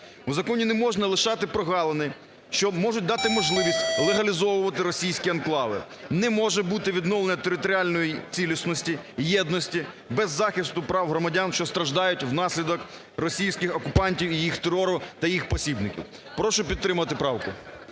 У законі неможна лишати прогалини, що можуть дати можливість легалізовувати російські анклави, не може бути відновлення територіальної цілісності, єдності без захисту прав громадян, що страждають внаслідок російських окупантів і їх терору та їх посібник. Прошу підтримати правку.